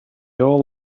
all